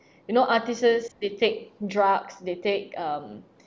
you know artists they take drugs they take um